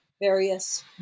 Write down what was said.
various